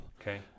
Okay